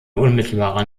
unmittelbarer